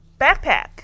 backpack